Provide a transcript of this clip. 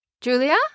Julia